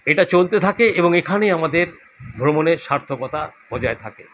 এটা চলতে থাকে এবং এখানেই আমাদের ভ্রমণের সার্থকতা বজায় থাকে